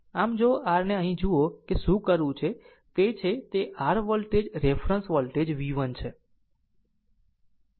આમ જો આ rને અહીં જુઓ કે શું કરવું છે તે છે તે r voltage reference voltage v 1 છે